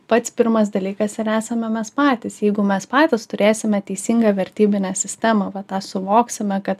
pats pirmas dalykas ir esame mes patys jeigu mes patys turėsime teisingą vertybinę sistemą va tą suvoksime kad